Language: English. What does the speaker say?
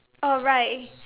oh right